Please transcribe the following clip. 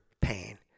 pain